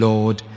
Lord